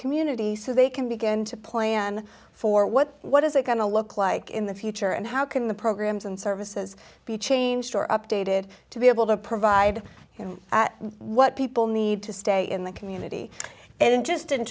community so they can begin to plan for what what is it going to look like in the future and how can the programs and services be changed or updated to be able to provide what people need to stay in the community and just in